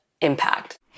impact